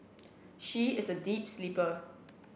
she is a deep sleeper